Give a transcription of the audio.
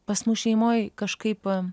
pas mus šeimoj kažkaip